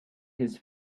his